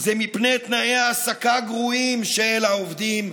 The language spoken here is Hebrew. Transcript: זה מפני תנאי העסקה גרועים של העובדים,